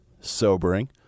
sobering